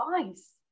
advice